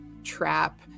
Trap